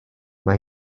mae